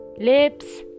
lips